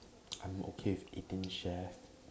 I'm okay with eighteen-chefs